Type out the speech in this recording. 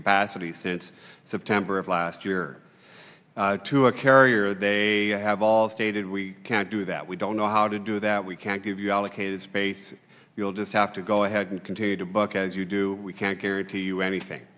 passably since september of last year to a carrier they have all stated we can't do that we don't know how to do that we can't give you allocated space you'll just after go ahead and continue to buck as you do we can't guarantee you anything